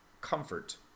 comfort